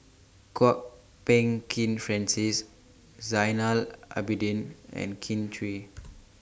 Kwok Peng Kin Francis Zainal Abidin and Kin Chui